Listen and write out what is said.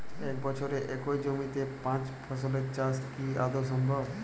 এক বছরে একই জমিতে পাঁচ ফসলের চাষ কি আদৌ সম্ভব?